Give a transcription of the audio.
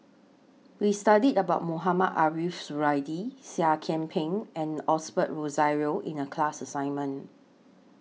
We studied about Mohamed Ariff Suradi Seah Kian Peng and Osbert Rozario in The class assignment